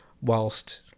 whilst